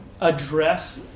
address